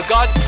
God